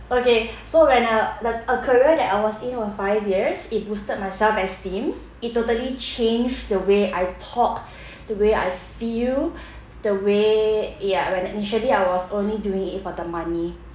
okay so when I the a career that I was in for five years it boosted my self-esteem it totally changed the way I talk the way I feel the way ya when initially I was only doing it for the money